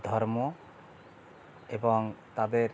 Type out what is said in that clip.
ধর্ম এবং তাদের